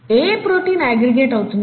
ఏ protein aggregate అవుతుంది